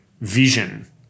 vision